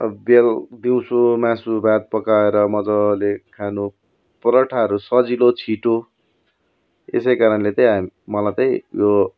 अब बेल दिउसो मासु भात पकाएर मज्जाले खानु पराठाहरू सजिलो छिटो यसै कारणले चाहिँ हामी मलाई चाहिँ यो